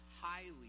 highly